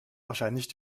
wahrscheinlich